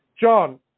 John